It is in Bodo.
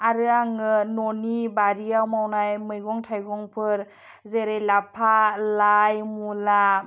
आरो आङो न'नि बारियाव मावनाय मैगं थाइगंफोर जेरै लाफा लाइ मुला